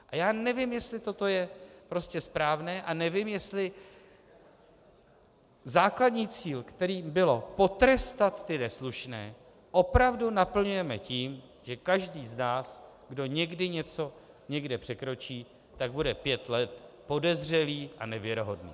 A já nevím, jestli toto je správné, a nevím, jestli základní cíl, kterým bylo potrestat neslušné, opravdu naplňujeme tím, že každý z nás, kdo někdy něco někde překročí, bude pět let podezřelý a nevěrohodný.